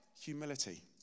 humility